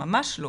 ממש לא,